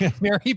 Mary